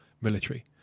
military